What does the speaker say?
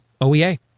OEA